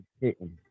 hitting